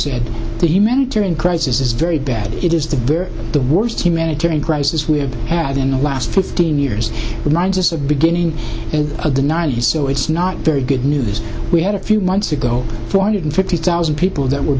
said the humanitarian crisis is very bad it is the very the worst humanitarian crisis we have had in the last fifteen years reminds us of beginning of the nile you so it's not very good news we had a few months ago four hundred fifty thousand people that were